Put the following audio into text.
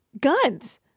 guns